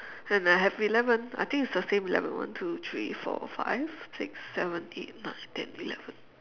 and I have eleven I think it's the same eleven one two three four five six seven eight nine ten eleven